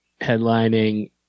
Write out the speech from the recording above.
Headlining